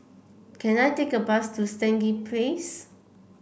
can I take a bus to Stangee Place